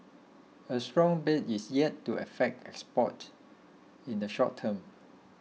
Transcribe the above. a strong baht is yet to affect exports in the short term